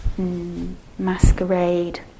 masquerade